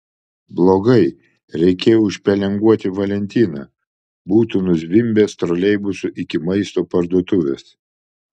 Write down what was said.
blogai reikėjo užpelenguoti valentiną būtų nuzvimbęs troleibusu iki maisto parduotuvės